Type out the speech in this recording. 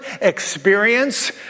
experience